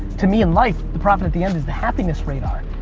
to me in life, the profit at the end is the happiness radar.